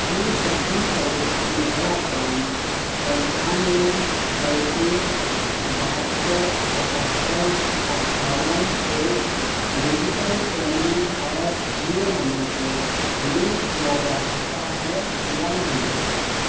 please تصدیک کرو کہ میرا اکاؤنٹ پنچانوے پینتیس بہتّر اکہتر اٹھاون ایک digital payment app Jio money سے لینک کیا جا سکتا ہے یا نہیں